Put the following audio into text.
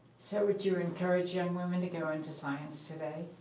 so would you encourage young women to go into science today?